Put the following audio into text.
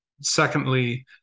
secondly